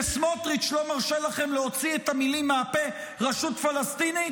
כי סמוטריץ' לא מרשה לכם להוציא מהפה את המילים רשות פלסטינית?